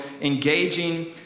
engaging